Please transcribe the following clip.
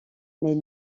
mais